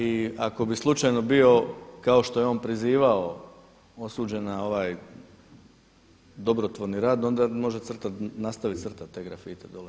I ako bi slučajno bio kao što je on prizivao osuđen na ovaj dobrotvorni rad, onda može crtat, nastavit crtat te grafite dole.